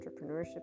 entrepreneurship